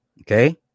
Okay